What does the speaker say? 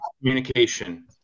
communication